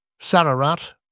Sararat